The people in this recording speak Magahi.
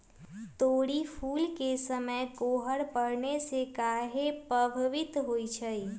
तोरी फुल के समय कोहर पड़ने से काहे पभवित होई छई?